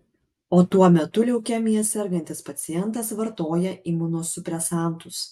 o tuo metu leukemija sergantis pacientas vartoja imunosupresantus